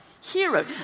hero